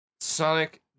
Sonic